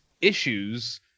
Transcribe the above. issues